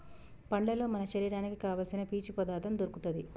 పండ్లల్లో మన శరీరానికి కావాల్సిన పీచు పదార్ధం దొరుకుతది